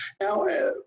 Now